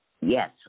Yes